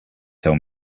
tell